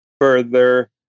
further